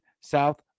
South